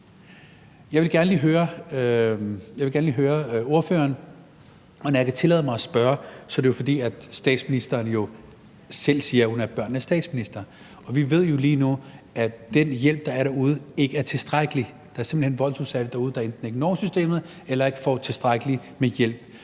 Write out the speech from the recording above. Jeg vil gerne lige høre ordføreren om noget, og når jeg tillader mig at spørge, er det jo, fordi statsministeren selv siger, at hun er børnenes statsminister. Og vi ved jo lige nu, at den hjælp, der er derude, ikke er tilstrækkelig. Der er simpelt hen voldsudsatte derude, der enten ikke når systemet eller ikke får tilstrækkelig hjælp.